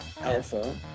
alpha